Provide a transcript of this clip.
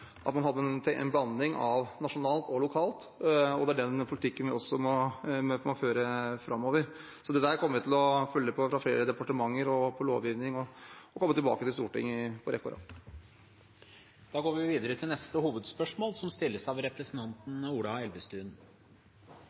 at man hadde en blanding av nasjonalt og lokalt, og det er den politikken vi må føre framover. Det kommer vi til å følge med på fra flere departementer, også lovgivningen, og komme tilbake til Stortinget. Vi går videre til neste hovedspørsmål.